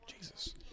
jesus